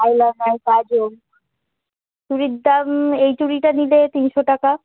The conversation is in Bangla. আইলাইনার কাজল চুড়ির দাম এই চুড়িটা নিলে তিনশো টাকা